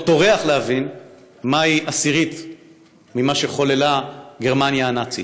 טורח להבין מהי עשירית ממה שחוללה גרמניה הנאצית.